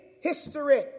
history